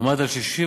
עמד על 66.9%,